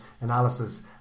analysis